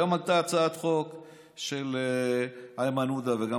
היום עלתה הצעת חוק של איימן עודה וגם